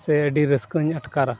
ᱥᱮ ᱟᱹᱰᱤ ᱨᱟᱹᱥᱠᱟᱹᱧ ᱟᱴᱠᱟᱨᱟ